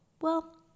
Well